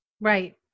right